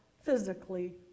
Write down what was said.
physically